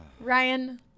Ryan